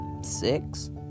Six